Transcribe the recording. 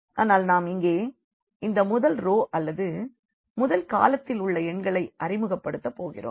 ஆனால் நாம் இங்கே இந்த முதல் ரோ அல்லது முதல் காலத்தில் உள்ள எண்களை அறிமுகப்படுத்த போகிறோம்